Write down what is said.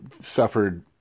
suffered